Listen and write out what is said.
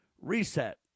reset